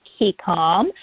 Keycom